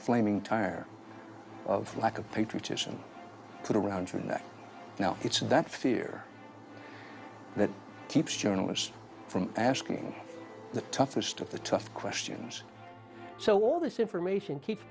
flaming tire of lack of patriotism put around from that now it's that fear that keeps journalists from asking the toughest of the tough questions so all this information keeps